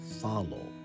follow